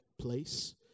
place